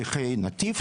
שליחי "נתיב",